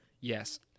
Yes